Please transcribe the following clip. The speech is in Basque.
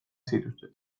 zaituztet